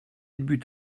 but